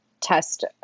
test